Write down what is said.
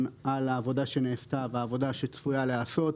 על העבודה שנעשתה והעבודה שצפויה להיעשות,